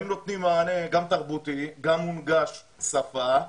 הם נותנים מענה גם תרבותי, גם מונגש שפה,